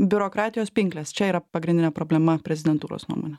biurokratijos pinklės čia yra pagrindinė problema prezidentūros nuomone